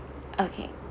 okay